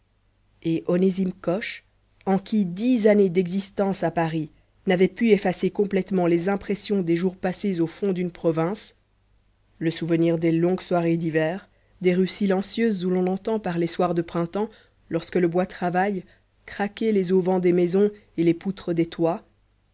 et onésime coche en qui dix années d'existence à paris n'avaient pu effacer complètement les impressions des jours passés au fond d'une province le souvenir des longues soirées d'hiver des rues silencieuses où l'on entend par les soirs de printemps lorsque le bois travaille craquer les auvents des maisons et les poutres des toits